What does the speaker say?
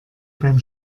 beim